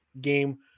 game